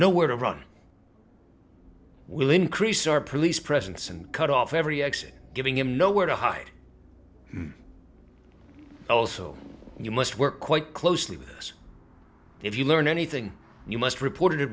nowhere to run will increase our police presence and cut off every exit giving him no where to hide and also you must work quite closely with us if you learn anything you must report it